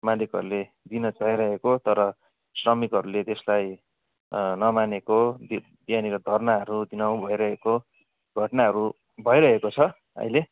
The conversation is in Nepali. मालिकहरूले दिन चाहिरहेको तर श्रमिकहरूले त्यसलाई नमानेको त्यो त्यहाँनिर धर्नाहरू दिनहुँ भइरहेको घटनाहरू भइरहेको छ अहिले